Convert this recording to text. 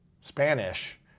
Spanish